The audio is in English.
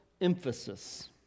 emphasis